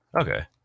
Okay